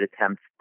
attempts